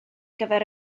gyfer